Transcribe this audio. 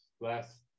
last